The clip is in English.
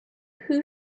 who